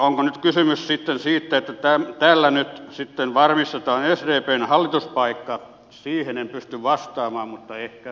onko nyt kysymys sitten siitä että tällä nyt sitten varmistetaan sdpn hallituspaikka siihen en pysty vastaamaan mutta ehkä edustaja piirainen